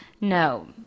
No